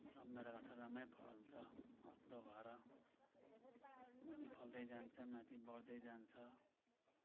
रामभेडा लटरम्म फल्छ अग्लो भर मुनि फल्दै जान्छ माथि बढ्दै जान्छ